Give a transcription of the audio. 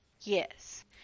yes